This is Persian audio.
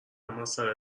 مسئله